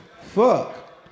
Fuck